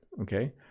okay